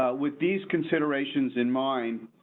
ah with these considerations in mind.